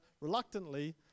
reluctantly